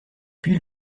puis